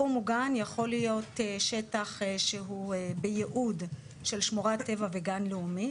תחום מוגן יכול להיות שטח שהוא בייעוד של שמורת טבע וגן לאומי,